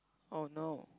oh no